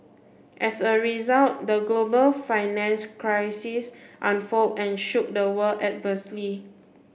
as a result the global financial crisis unfold and shook the world adversely